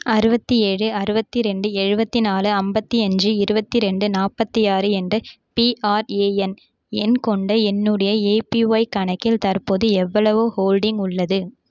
அறுபத்தி ஏழு அறுபத்தி ரெண்டு எழுபத்தி நாலு ஐம்பத்தி அஞ்சு இருபத்தி ரெண்டு நாற்பத்தி ஆறு என்ற பிஆர்ஏஎன் எண் கொண்ட என்னுடைய எபிஒய் கணக்கில் தற்போது எவ்வளவு ஹோல்டிங் உள்ளது